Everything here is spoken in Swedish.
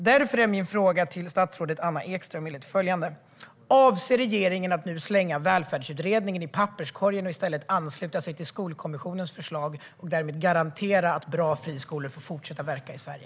Därför är min fråga till statsrådet Anna Ekström: Avser regeringen att nu slänga Välfärdsutredningen i papperskorgen och i stället ansluta sig till Skolkommissionens förslag och därmed garantera att bra friskolor får fortsätta verka i Sverige?